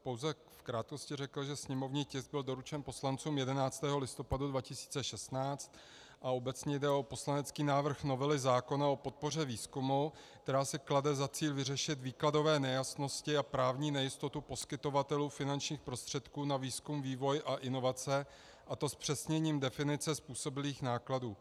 Pouze v krátkosti bych řekl, že sněmovní tisk byl doručen poslancům 11. listopadu 2016 a obecně jde o poslanecký návrh novely zákona o podpoře výzkumu, která si klade za cíl vyřešit výkladové nejasnosti a právní nejistotu poskytovatelů finančních prostředků na výzkum, vývoj a inovace, a to zpřesněním definice způsobilých nákladů.